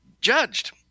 judged